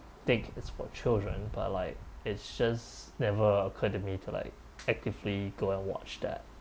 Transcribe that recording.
think it's for children but like it's just never occurred to me to like actively go and watch that